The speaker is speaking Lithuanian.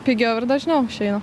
pigiau ir dažniau išeina